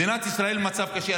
מדינת ישראל במצב קשה.